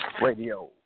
Radio